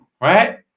right